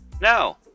no